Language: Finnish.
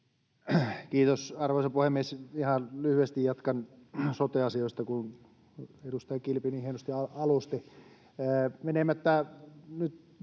Kiitos, arvoisa puhemies! Ihan lyhyesti jatkan sote-asioista, kun edustaja Kilpi niin hienosti alusti.